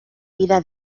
vida